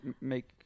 make